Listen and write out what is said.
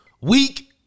Weak